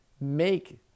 make